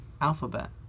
Alphabet